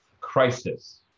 crisis